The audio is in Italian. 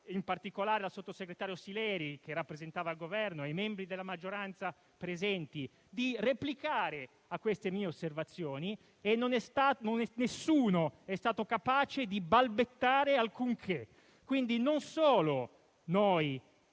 in particolare al sottosegretario Sileri che lo rappresentava, e ai membri della maggioranza presenti di replicare a queste mie osservazioni, ma nessuno è stato capace di balbettare alcunché. Quindi non solo,